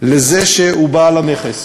לזה שהוא בעל הנכס.